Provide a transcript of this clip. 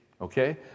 Okay